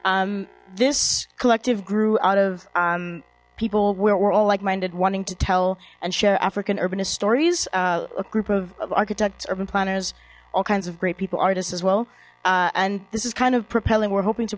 this this collective grew out of people we're all like minded wanting to tell and share african urbanist stories a group of architects urban planners all kinds of great people artists as well and this is kind of propelling we're hoping to